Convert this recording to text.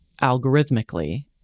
algorithmically